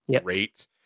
great